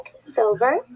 silver